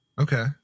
Okay